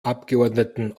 abgeordneten